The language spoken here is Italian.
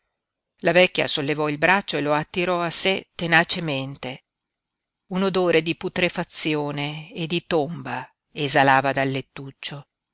la vecchia sollevò il braccio e lo attirò a sé tenacemente un odore di putrefazione e di tomba esalava dal lettuccio